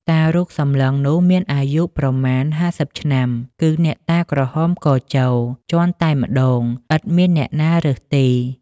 តារូបសម្លឹងនោះមានអាយុប្រមាណ ៥០ឆ្នាំ គឺអ្នកតាក្រហមកចូល ជាន់តែម្តង ឥតមានអ្នកណារើសទេ ។